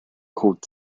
called